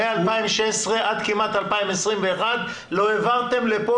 מ-2016 עד כמעט 2021 לא העברתם לפה